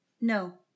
No